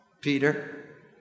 Peter